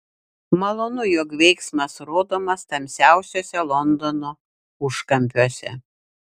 malonu jog veiksmas rodomas tamsiausiuose londono užkampiuose